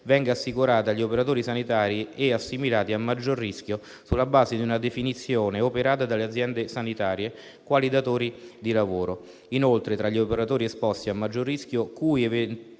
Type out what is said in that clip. venga assicurata agli operatori sanitari e assimilati a maggior rischio sulla base di una definizione operata dalle aziende sanitarie quali datori di lavoro. Inoltre, tra gli operatori esposti a maggior rischio cui effettuare